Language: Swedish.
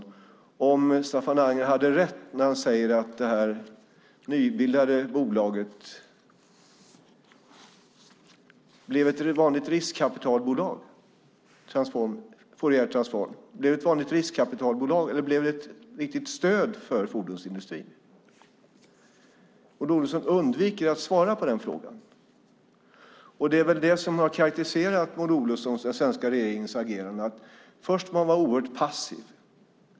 Har Staffan Anger rätt när han säger att det nybildade bolaget Fouriertransform blev ett vanligt riskkapitalbolag, eller blev det ett riktigt stöd för fordonsindustrin? Maud Olofsson undviker att svara på den frågan. Det som har karakteriserat Maud Olofssons och den svenska regeringens agerande är att man först var oerhört passiv.